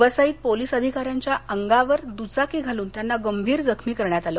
वसईत पोलीस अधिकाऱ्याच्या अंगावर दुचाकी घालून त्यांना गंभीर जखमी करण्यात आलं